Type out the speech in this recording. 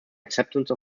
acceptance